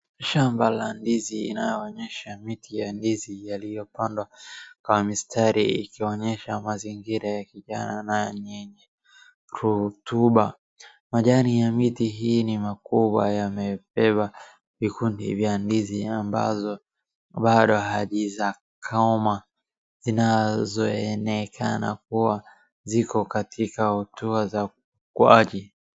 Shamba la ndizi inayoonyesha miti ya ndizi yaliyopandwa kwa mistari ikionyesha mazingira ya kijani yenye rotuba. Majani ya miti hii ni makubwa yamebeba vikundi vya ndizi ambazo bado hazijakoma, zinazoonekana kuwa ziko katika hatua hatua za kuagi...